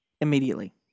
Immediately